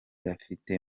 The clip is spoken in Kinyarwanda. afite